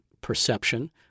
perception